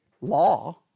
law